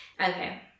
Okay